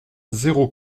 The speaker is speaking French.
zéro